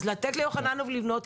אז כן לתת ליוחננוף לבנות,